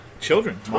Children